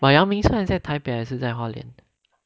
but 阳明山在 taipei 还是花莲